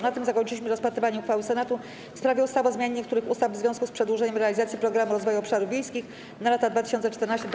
Na tym zakończyliśmy rozpatrywanie uchwały Senatu w sprawie ustawy o zmianie niektórych ustaw w związku z przedłużeniem realizacji Programu Rozwoju Obszarów Wiejskich na lata 2014–2020.